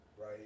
Right